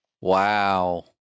Wow